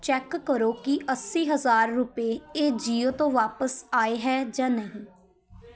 check ਕਰੋ ਕਿ ਅੱਸੀ ਹਜ਼ਾਰ ਰੁਪਏ ਇਹ ਜੀਓ ਤੋਂ ਵਾਪਸ ਆਏ ਹੈ ਜਾਂ ਨਹੀਂ